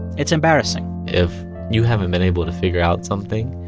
it's embarrassing if you haven't been able to figure out something,